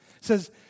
says